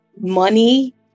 money